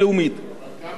ושנית,